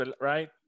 right